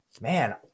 man